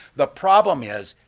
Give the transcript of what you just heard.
the problem is,